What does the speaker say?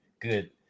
good